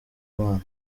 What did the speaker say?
impano